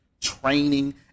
training